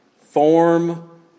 form